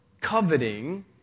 coveting